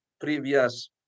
previous